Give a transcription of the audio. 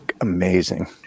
amazing